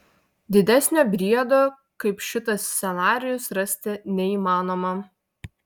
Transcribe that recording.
didesnio briedo kaip šitas scenarijus rasti neįmanoma